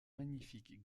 magnifique